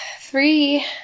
three